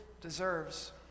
deserves